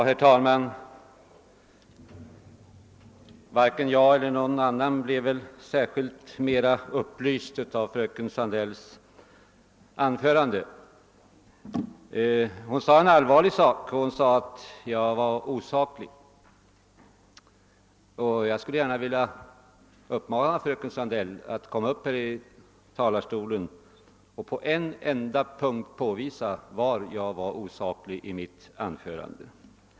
Herr talman! Varken jag eller någon annan blev väl särskilt mycket mer upplyst av fröken Sandells anförande. Hon sade en allvarlig sak, nämligen att jag var osaklig. Jag skulle gärna vilja uppmana fröken Sandell att komma upp i talarstolen och på en enda punkt påvisa var i mitt anförande jag var osaklig.